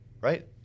right